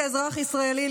כאזרח ישראלי,